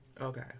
Okay